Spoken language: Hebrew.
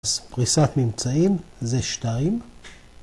‫אז פריסת נמצאים זה שתיים.